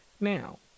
Now